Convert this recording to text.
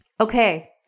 Okay